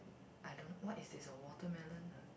I don't what is this a watermelon